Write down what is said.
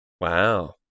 Wow